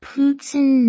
Putin